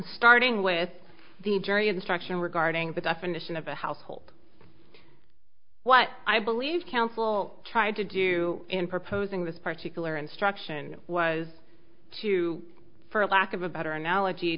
starting with the jury instruction regarding the definition of a household what i believe counsel tried to do in proposing this particular instruction was to for lack of a better analogy